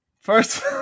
first